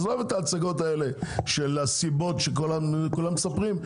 אז עזוב את ההצגות האלה ואת הסיבות שכולם מספרים.